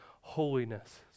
holiness